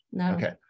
Okay